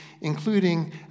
including